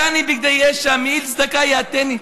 כי הלבישני בגדי ישע מעיל צדקה יעטני".